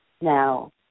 Now